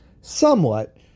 somewhat